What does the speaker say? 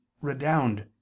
redound